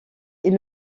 est